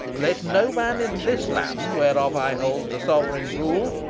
let no man in this land, whereof i hold the sovereign rule,